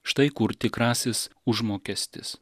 štai kur tikrasis užmokestis